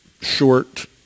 short